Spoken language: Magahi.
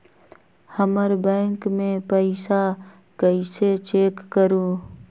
हमर बैंक में पईसा कईसे चेक करु?